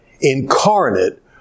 incarnate